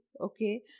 okay